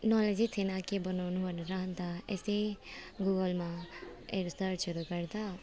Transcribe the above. नलेजै थिएन के बनाउनु भनेर अन्त यसै गुगलमा अरू सर्चहरू गर्दा